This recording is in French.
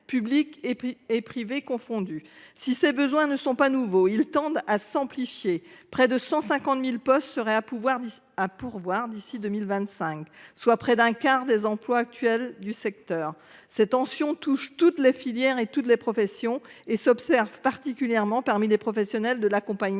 public et privé confondus. Si ces besoins ne sont pas nouveaux, ils tendent à s’amplifier : près de 150 000 postes seraient à pourvoir d’ici à 2025, soit près d’un quart des emplois actuels. De telles tensions touchent toutes les filières et toutes les professions. Elles s’observent particulièrement parmi les professionnels de l’accompagnement